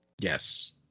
Yes